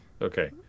Okay